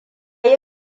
yi